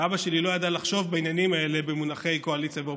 ואבא שלי לא ידע לחשוב בעניינים האלה במונחי קואליציה ואופוזיציה.